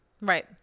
Right